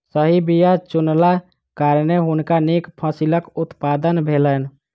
सही बीया चुनलाक कारणेँ हुनका नीक फसिलक उत्पादन भेलैन